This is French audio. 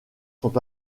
sont